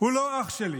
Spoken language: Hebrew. הוא לא אח שלי,